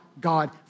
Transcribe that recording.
God